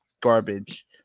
garbage